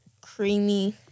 creamy